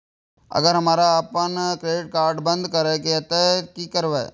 अगर हमरा आपन क्रेडिट कार्ड बंद करै के हेतै त की करबै?